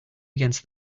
against